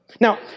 Now